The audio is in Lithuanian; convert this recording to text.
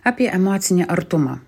apie emocinį artumą